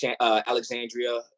Alexandria